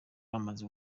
bamaze